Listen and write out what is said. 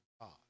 God